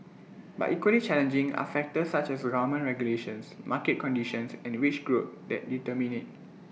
but equally challenging are factors such as government regulations market conditions and wage growth that determine IT